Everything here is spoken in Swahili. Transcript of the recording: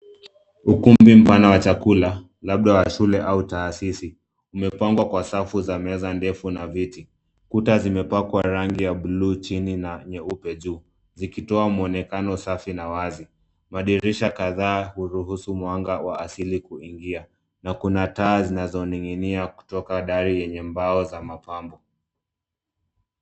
Ukumbi mpana wa chakula, labda wa shule au taasisi, umepangwa kwa safu za meza ndefu na viti. Kuta zimepakwa rangi ya bluu chini na nyeupe juu, zikitoa mwonekano safi na wazi. Madirisha kadhaa huruhusu mwanga wa asili kuingia na kuna taa zinazoning'inia kutoka dari yenye mbao za mapambo.